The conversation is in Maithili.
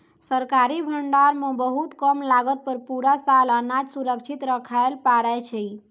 सरकारी भंडार मॅ बहुत कम लागत पर पूरा साल अनाज सुरक्षित रक्खैलॅ पारै छीं